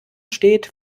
steht